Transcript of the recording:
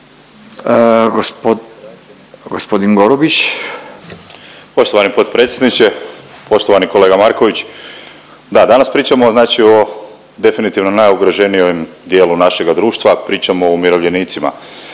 Tomislav (SDP)** Poštovani potpredsjedniče, poštovani kolega Marković, da, danas pričamo znači o definitivno najugroženijem dijelu našega društva, pričamo o umirovljenicima.